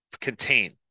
contain